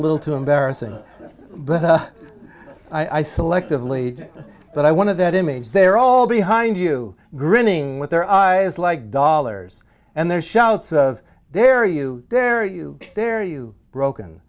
little too embarrassing but i selectively but i wanted that image there all behind you grinning with their eyes like dollars and their shouts of their you dare you there you broken